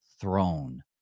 throne